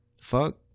Fuck